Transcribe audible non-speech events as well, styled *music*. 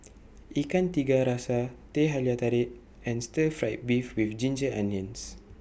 *noise* Ikan Tiga Rasa Teh Halia Tarik and Stir Fried Beef with Ginger Onions